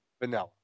Vanilla